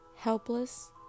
Helpless